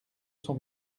son